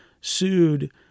sued